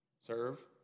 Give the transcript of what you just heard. Serve